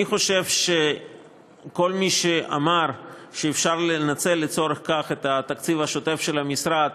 אני חושב שכל מי שאמר שאפשר לנצל לצורך כך את התקציב השוטף של המשרד